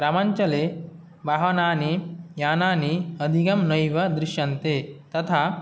ग्रामाञ्चले वाहनानि यानानि अधिकं नैव दृश्यन्ते तथा